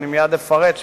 ואני אפרט עליהן מייד,